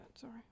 Sorry